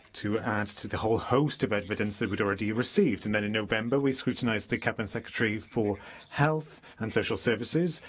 to add to the whole host of evidence that we'd already received. and then, in november, we scrutinised the cabinet secretary for health and social services,